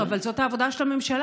בסדר, אבל זאת העבודה של הממשלה.